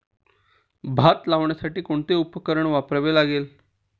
भात लावण्यासाठी कोणते उपकरण वापरावे लागेल?